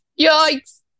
Yikes